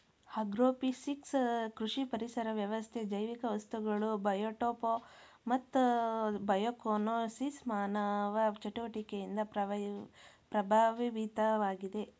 agrophysics ಕೃಷಿ ಪರಿಸರ ವ್ಯವಸ್ಥೆ ಜೈವಿಕ ವಸ್ತುಗಳು ಬಯೋಟೋಪ್ ಮತ್ತು ಬಯೋಕೋನೋಸಿಸ್ ಮಾನವ ಚಟುವಟಿಕೆಯಿಂದ ಪ್ರಭಾವಿತವಾಗಿವೆ